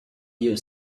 you